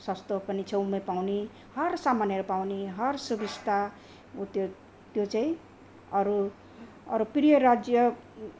सस्तो पनि छेउमै पाउने हर सामानहरू पाउने हर सुबिस्ता उ त्यो त्यो चाहिँ अरू अरू प्रिय राज्य